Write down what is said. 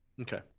Okay